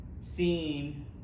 seen